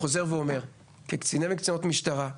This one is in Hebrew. כקציני וכקצינות משטרה,